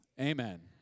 amen